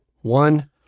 One